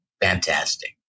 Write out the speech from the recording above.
fantastic